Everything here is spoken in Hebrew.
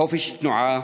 חופש תנועה,